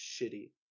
shitty